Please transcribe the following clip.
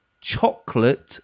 chocolate